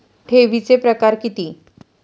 ठेवीचे प्रकार किती?